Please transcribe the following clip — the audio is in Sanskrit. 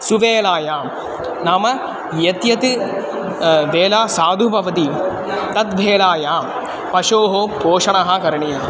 सुवेलायां नाम यद्यत् वेला साधुः भवति तद्वेलायां पशोः पोषणं करणीयम्